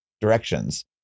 directions